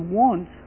want